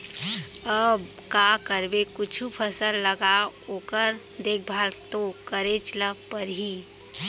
अब का करबे कुछु फसल लगा ओकर देखभाल तो करेच ल परही